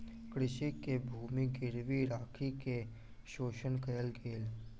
कृषक के भूमि गिरवी राइख के शोषण कयल गेल